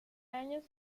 años